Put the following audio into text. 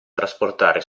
trasportare